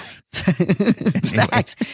Facts